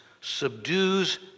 subdues